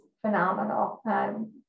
phenomenal